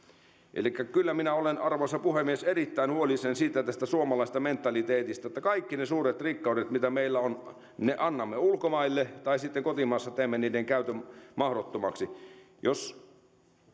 elikkä kyllä minä olen arvoisa puhemies erittäin huolissani tästä suomalaisesta mentaliteetista että kaikki ne suuret rikkaudet mitä meillä on annamme ulkomaille tai sitten kotimaassa teemme niiden käytön mahdottomaksi jos